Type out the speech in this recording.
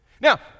Now